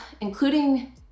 including